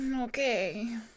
Okay